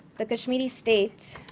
the kashmiri state